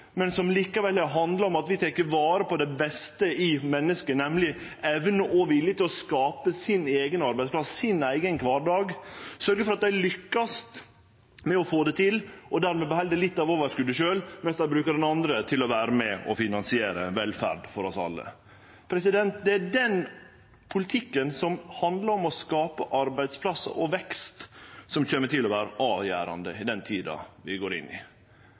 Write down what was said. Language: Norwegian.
men som likevel handlar om at vi tek vare på det beste i mennesket, nemleg evna og viljen til å skape sin eigen arbeidsplass, sin eigen kvardag, sørgje for at dei lukkast med å få det til og dermed beheld litt av overskotet sjølve, mens dei brukar det andre til å vere med og finansiere velferd for oss alle. Det er den politikken som handlar om å skape arbeidsplassar og vekst som kjem til å vere avgjerande i den tida vi går inn i.